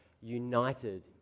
united